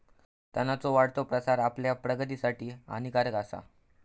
तणांचो वाढतो प्रसार आपल्या प्रगतीसाठी हानिकारक आसा